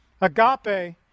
Agape